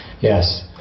yes